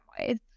ways